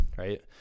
Right